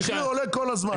המחיר עולה כל הזמן.